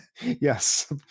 yes